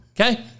Okay